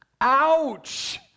Ouch